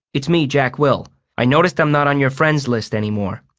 its me jack will. i noticed im not on ur friends list anymore.